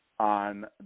On